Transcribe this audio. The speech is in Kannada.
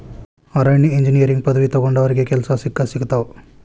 ಅರಣ್ಯ ಇಂಜಿನಿಯರಿಂಗ್ ಪದವಿ ತೊಗೊಂಡಾವ್ರಿಗೆ ಕೆಲ್ಸಾ ಸಿಕ್ಕಸಿಗತಾವ